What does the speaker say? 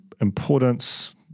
importance